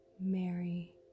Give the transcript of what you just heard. Mary